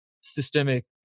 systemic